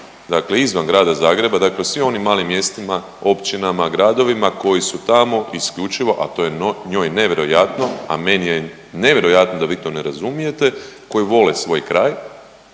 dakle izvan grada Zagreba, dakle u svim onim malim mjestima, općinama, gradovima koji su tamo isključivo a to je njoj nevjerojatno, a meni je nevjerojatno da vi to ne razumijete koji vole svoj kraj